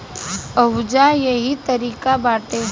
ओहुजा इहे तारिका बाटे